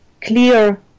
clear